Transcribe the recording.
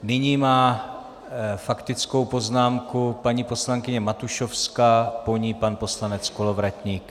Nyní má faktickou poznámku paní poslankyně Matušovská, po ní pan poslanec Kolovratník.